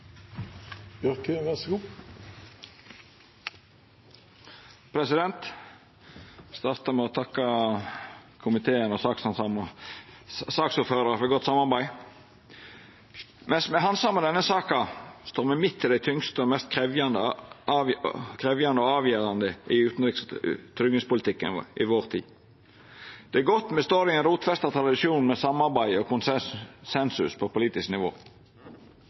starta med å takka komiteen og saksordføraren for eit godt samarbeid. Mens me handsamar denne saka, står me midt i det tyngste og mest krevjande og avgjerande i utanriks- og tryggingspolitikken i vår tid. Det er godt me står i ein rotfesta tradisjon med samarbeid og konsensus på politisk nivå.